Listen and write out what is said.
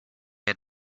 had